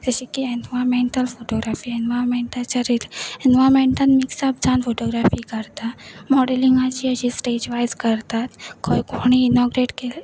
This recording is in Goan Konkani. जशें की एनवायरमेंटल फोटोग्राफी एनवायरमेंटाचाच्या रि एनवायरमेंटल मिक्स अप जावन फोटोग्राफी करता मॉडेलिंगाची अशी स्टेज वायज करतात खंय कोणी इनोग्रेट केले